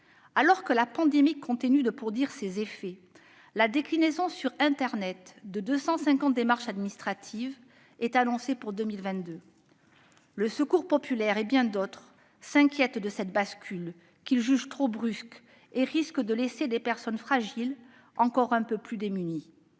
Alors que la pandémie continue de produire ses effets, la déclinaison sur internet de 250 démarches administratives est annoncée pour 2022. Le Secours populaire et bien d'autres s'inquiètent de cette bascule, qu'ils jugent trop brusque. Elle risque de laisser les personnes fragiles encore un peu plus démunies.